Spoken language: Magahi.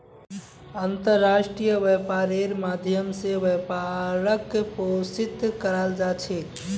अन्तर्राष्ट्रीय व्यापारेर माध्यम स व्यापारक पोषित कराल जा छेक